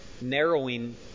narrowing